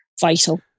vital